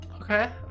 okay